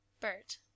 Bert